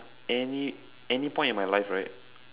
any any point in my life right